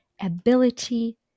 ability